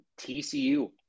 TCU